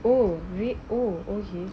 oh really oh okay